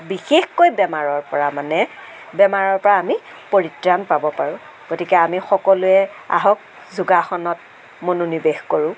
বিশেষকৈ বেমাৰৰ পৰা মানে বেমাৰৰ পৰা আমি পৰিত্ৰাণ পাব পাৰোঁ গতিকে আমি সকলোৱে আহক যোগাসনত মনোনিৱেশ কৰোঁ